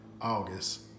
August